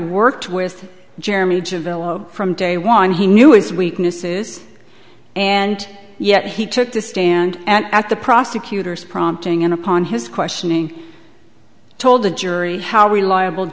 worked with jeremy below from day one he knew his weaknesses and yet he took the stand and at the prosecutor's prompting and upon his questioning told the jury how reliable